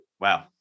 wow